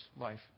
life